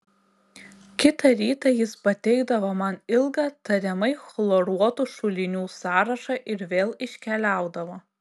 kitą rytą jis pateikdavo man ilgą tariamai chloruotų šulinių sąrašą ir vėl iškeliaudavo